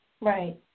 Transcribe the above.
Right